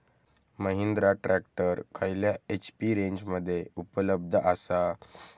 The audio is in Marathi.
महिंद्रा ट्रॅक्टर खयल्या एच.पी रेंजमध्ये उपलब्ध आसा?